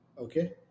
Okay